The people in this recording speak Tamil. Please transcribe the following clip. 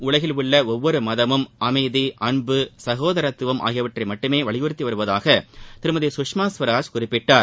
உலகில் உள்ள ஒவ்வொரு மதமும் அமைதி அன்பு சகோதரத்துவம் ஆகியவற்றை மட்டுமே வலியுறுத்தி வருவதாக திருமதி சுஷ்மா ஸ்வராஜ் குறிப்பிட்டார்